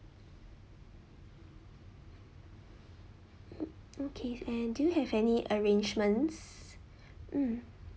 mm okay and do you have any arrangements mm